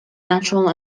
natural